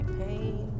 pain